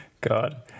God